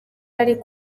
ari